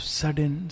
sudden